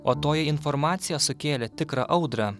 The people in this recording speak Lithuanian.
o toji informacija sukėlė tikrą audrą